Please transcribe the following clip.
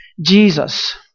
Jesus